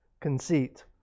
Conceit